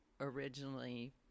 originally